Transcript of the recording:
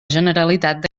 generalitat